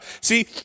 see